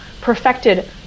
perfected